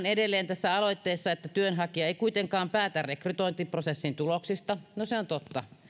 edelleen tässä aloitteessa todetaan että työnhakija ei kuitenkaan päätä rekrytointiprosessin tuloksista no se on totta